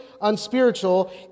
unspiritual